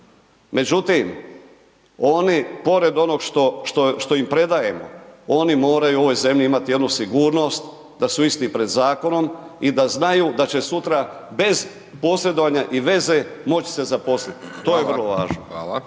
Međutim, oni pored onog što im predajemo, oni moraju u ovoj zemlji imati jednu sigurnost da su isti pred zakonom i da znaju da će sutra bez posredovanja i veze moći se zaposliti. To je vrlo važno.